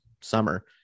summer